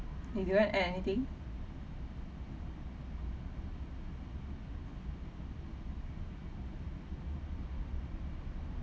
do you want add anything